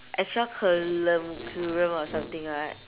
extracurricula~ or something right